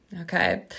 Okay